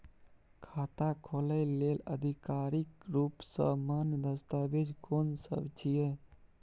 खाता खोले लेल आधिकारिक रूप स मान्य दस्तावेज कोन सब छिए?